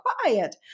quiet